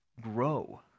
grow